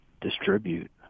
distribute